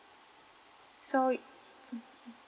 so mmhmm